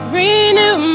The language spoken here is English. renew